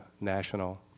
national